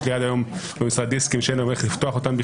יש לי עד היום במשרד דיסקים שאין לי בכלל איך לפתוח אותם.